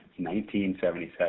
1977